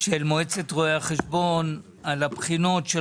של מועצת רואי החשבון על הבחינות של